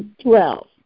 Twelve